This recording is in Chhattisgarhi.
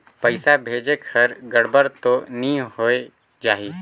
पइसा भेजेक हर गड़बड़ तो नि होए जाही?